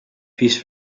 piece